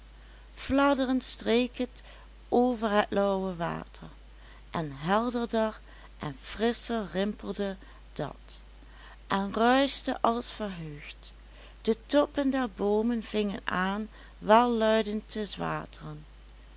fladderend streek het over het lauwe water en helderder en frisscher rimpelde dat en ruischte als verheugd de toppen der boomen vingen aan welluidend te